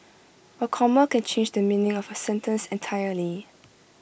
A comma can change the meaning of A sentence entirely